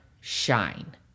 shine